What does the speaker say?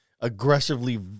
aggressively